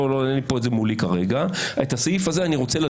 ללא אין לי את זה כרגע מולי בסעיף הזה אני רוצה לדון.